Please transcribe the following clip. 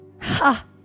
Ha